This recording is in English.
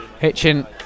Hitchin